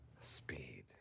speed